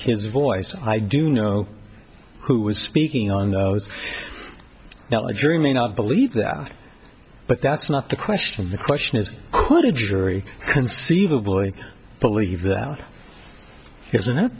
his voice i do know who was speaking on now a jury may not believe that but that's not the question the question is could a jury conceivably believe that isn't it